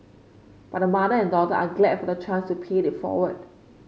but mother and daughter are glad for the chance to pay it forward